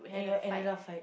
and you're ended up fight